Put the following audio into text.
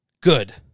Good